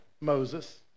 Moses